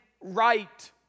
right